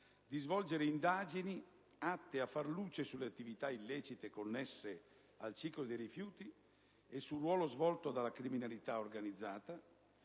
di svolgere indagini atte a far luce sulle attività illecite connesse al ciclo dei rifiuti e sul ruolo svolto dalla criminalità organizzata,